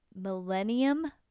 Millennium